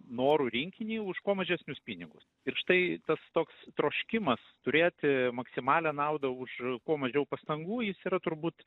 norų rinkinį už kuo mažesnius pinigus ir štai tas toks troškimas turėti maksimalią naudą už kuo mažiau pastangų jis yra turbūt